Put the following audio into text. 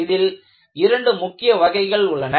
இதில் இரண்டு முக்கிய வகைகள் உள்ளன